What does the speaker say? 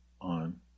on